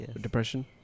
Depression